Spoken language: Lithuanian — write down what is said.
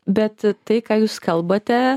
bet tai ką jūs kalbate